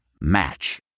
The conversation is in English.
Match